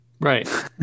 Right